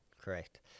Correct